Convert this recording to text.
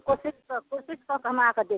कोशिश कोशिश कऽ के हम आके देखबै